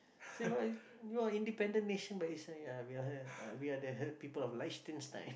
Singapore Singapore independent nation but he say uh we are uh we are the people of Liechtenstein